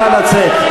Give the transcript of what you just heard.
נא לצאת.